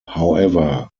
however